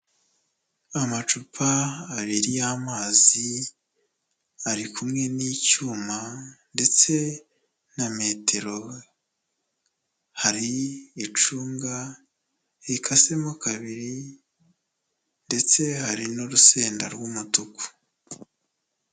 Amacupa abiri y'amazi ari kumwe n'icyuma ndetse na metero, hari icunga rikasemo kabiri ndetse hari n'urusenda rw'umutuku.